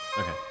okay